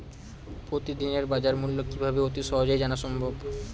প্রতিদিনের বাজারমূল্য কিভাবে অতি সহজেই জানা সম্ভব?